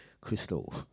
Crystal